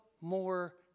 more